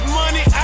money